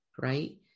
right